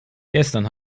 gestern